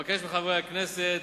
אבקש מחברי הכנסת,